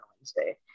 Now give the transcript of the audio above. Wednesday